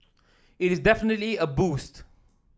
it is definitely a boost